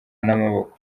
n’amaboko